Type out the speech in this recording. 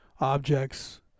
objects